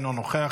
אינו נוכח,